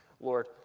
Lord